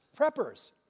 Preppers